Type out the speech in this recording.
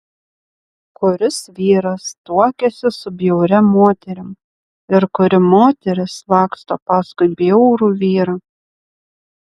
kuris vyras tuokiasi su bjauria moterim ir kuri moteris laksto paskui bjaurų vyrą